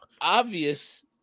obvious